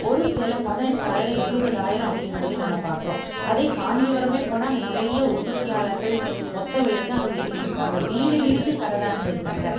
ஒரு சேலை பதினெட்டாயிரம் இருபதாயிரம் அப்படின்னு சொல்லி நம்ம பார்க்குறோம் அதே காஞ்சிபுரமே போனால் அங்கே நிறைய உற்பத்தியாளர்கள் மொத்த விலைக்கு அங்கே விற்றுக்கிட்டு இருக்காங்க வீடு வீடுக்கு கடைதானுங்க இருக்குது அங்கே